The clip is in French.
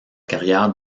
carrière